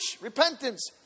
repentance